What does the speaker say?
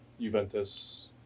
Juventus